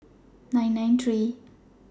nine nine three